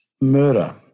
murder